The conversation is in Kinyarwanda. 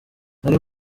nari